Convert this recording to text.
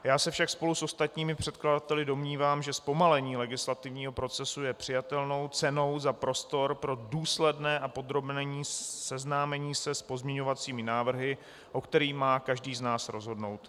Já se však spolu s ostatními předkladateli domnívám, že zpomalení legislativního procesu je přijatelnou cenou za prostor pro důsledné a podrobné seznámení se s pozměňovacími návrhy, o kterých má každý z nás rozhodnout.